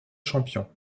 champion